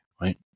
right